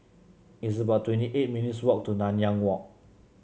it's about twenty eight minutes' walk to Nanyang Walk